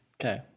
Okay